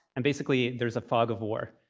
and basically, there's a fog of war,